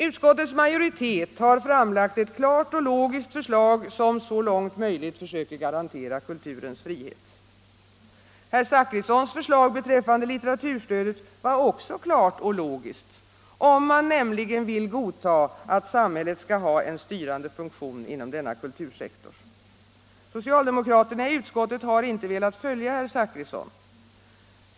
Utskottets majoritet har framlagt ett klart och logiskt förslag som så långt möjligt försöker garantera kulturens frihet. Herr Zachrissons förslag beträffande litteraturstödet var också klart och logiskt — om man nämligen vill godta att samhället skall ha en styrande funktion inom denna kultursektor. Socialdemokraterna i utskottet har inte velat följa herr Zachrisson.